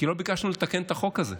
כי לא ביקשנו לתקן את החוק הזה.